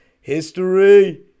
history